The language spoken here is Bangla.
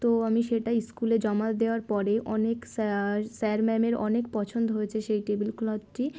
তো আমি সেটা স্কুলে জমা দেওয়ার পরে অনেক স্যার স্যার ম্যামের অনেক পছন্দ হয়েছে সেই টেবিল ক্লথ টি